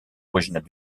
originale